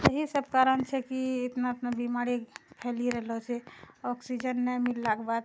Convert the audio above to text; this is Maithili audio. यही सब कारण छै कि इतना इतना बीमारी फैली रहलो छै ऑक्सीजन नहि मिललाके बाद